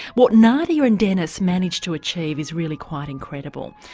what nadia and dennis managed to achieve is really quite incredible.